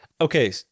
Okay